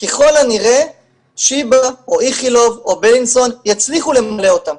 ככל הנראה שיבא או איכילוב או בילינסון יצליחו למלא אותם,